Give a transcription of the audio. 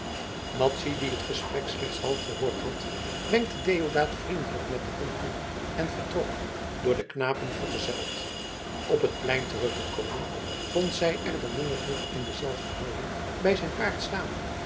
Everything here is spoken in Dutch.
madzy die het gesprek slechts half gehoord had wenkte deodaat vriendelijk met de hand toe en vertrok door de knapen vergezeld op het plein teruggekomen vond zij er den monnik nog in dezelfde houding bij zijn paard staan